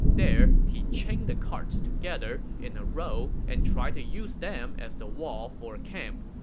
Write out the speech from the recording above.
there, he chained the carts together in a row and tried to use them as the wall for a camp.